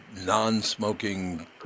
non-smoking